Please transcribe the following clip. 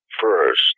first